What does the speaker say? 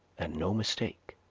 and no mistake